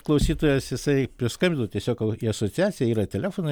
klausytojas jisai priskambino tiesiog į asociaciją yra telefonai